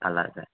అలాగ